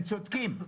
ושאנחנו צודקים.